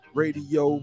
radio